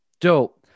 Dope